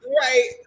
Right